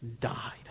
died